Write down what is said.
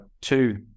two